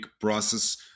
process